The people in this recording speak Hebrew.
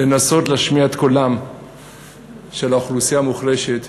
להשמיע את קולה של האוכלוסייה המוחלשת,